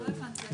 דרור בוימל רגע.